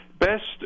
Best